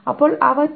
അപ്പോൾ അവ t1